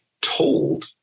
told